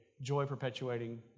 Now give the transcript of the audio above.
joy-perpetuating